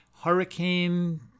hurricane